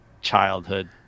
childhood